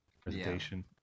presentation